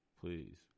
Please